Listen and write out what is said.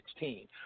2016